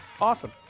Awesome